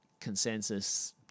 consensus